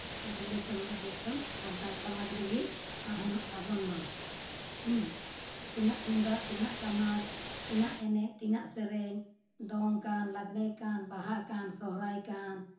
ᱟᱵᱚᱣᱟᱜ ᱫᱚ ᱫᱚ ᱫᱤᱥᱚᱢ ᱥᱟᱱᱛᱟᱲ ᱥᱚᱢᱟᱡᱽ ᱨᱮᱜᱮ ᱛᱟᱦᱮᱱᱚᱜ ᱛᱟᱵᱚᱱ ᱢᱟ ᱛᱤᱱᱟᱹᱜ ᱛᱩᱢᱫᱟᱜ ᱛᱤᱱᱟᱹᱜ ᱴᱟᱢᱟᱠ ᱛᱤᱱᱟᱹᱜ ᱮᱱᱮᱡ ᱛᱤᱱᱟᱹᱜ ᱥᱮᱨᱮᱧ ᱫᱚᱝ ᱠᱟᱱ ᱞᱟᱜᱽᱬᱮ ᱠᱟᱱ ᱵᱟᱦᱟ ᱠᱟᱱ ᱥᱚᱦᱨᱟᱭ ᱠᱟᱱ